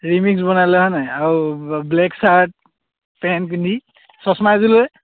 remix বনালে হয়নে আৰু ব্লেক চাৰ্ট পেণ্ট পিন্ধি চশমা এযোৰ লৈ